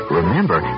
remember